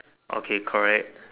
okay correct